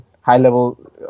high-level